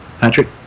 Patrick